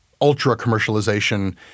ultra-commercialization